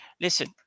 listen